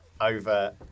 over